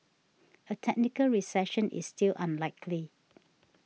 a technical recession is still unlikely